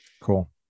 cool